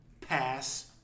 pass